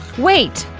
wait,